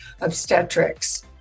obstetrics